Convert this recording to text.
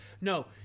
no